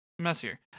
messier